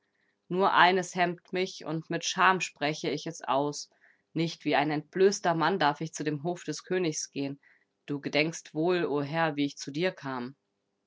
nur eines hemmt mich und mit scham spreche ich es aus nicht wie ein entblößter mann darf ich zu dem hof des königs gehen du gedenkst wohl o herr wie ich zu dir kam